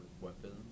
weapons